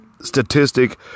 statistic